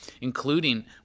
including